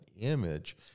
image